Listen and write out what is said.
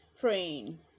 praying